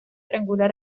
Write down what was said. triangular